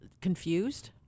confused